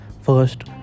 first